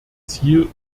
ziel